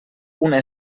una